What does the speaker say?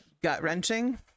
gut-wrenching